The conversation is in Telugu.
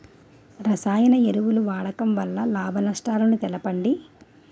రసాయన ఎరువుల వాడకం వల్ల లాభ నష్టాలను తెలపండి?